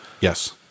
Yes